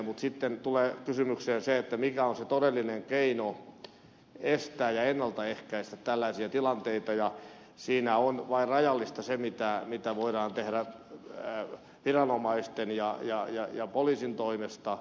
mutta sitten tulee kysymykseen se mikä on se todellinen keino estää ja ennalta ehkäistä tällaisia tilanteita ja siinä on vain rajallista se mitä voidaan tehdä viranomaisten ja poliisin toimesta